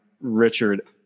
Richard